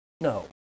No